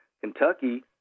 Kentucky